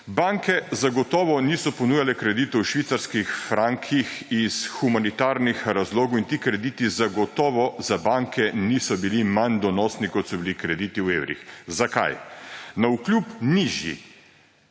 banke zagotovo niso ponujale kreditov v švicarskih frankih iz humanitarnih razlogov in ti krediti zagotovo za banke niso bili manj donosni, kot so bili krediti v evrih. Zakaj? Navkljub nižji